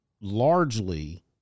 largely